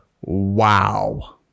Wow